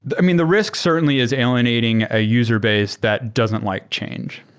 but i mean, the risk certainly is alienating a user base that doesn't like change,